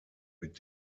mit